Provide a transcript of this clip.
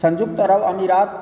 संयुक्त अरब अमीरात